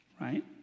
right